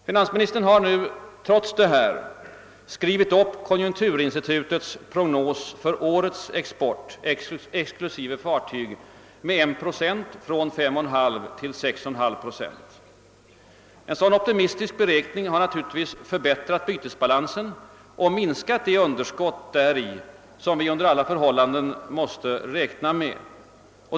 Finansministern har nu trots detta skrivit upp konjunkturinstitutets prognos för årets export, exklusive fartyg, från 5,5 procent till 6,5 procent. Denna optimistiska uppräkning har förbättrat bytesbalansen och minskat det underskott däri som vi under alla förhållanden måste räkna med.